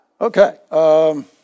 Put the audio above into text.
Okay